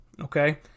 okay